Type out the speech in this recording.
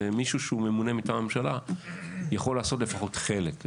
ומישהו שהוא ממונה מטעם הממשלה יכול לעשות לפחות חלק.